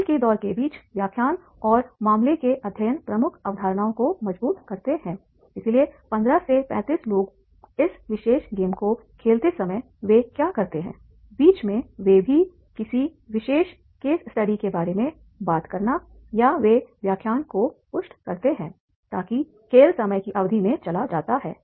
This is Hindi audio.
खेल के दौर के बीच व्याख्यान और मामले के अध्ययन प्रमुख अवधारणाओं को मजबूत करते हैं इसलिए 15 से 35 लोगों इस विशेष गेम को खेलते समय वो क्या करते हैबीच में वे भी हैंकिसी विशेष केस स्टडी के बारे में बात करना या वे व्याख्यान को पुष्ट करते हैंताकि खेल समय की अवधि में चला जाता है